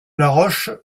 laroche